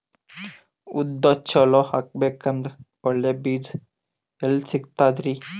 ಉದ್ದು ಚಲೋ ಆಗಬೇಕಂದ್ರೆ ಒಳ್ಳೆ ಬೀಜ ಎಲ್ ಸಿಗತದರೀ?